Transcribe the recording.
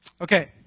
Okay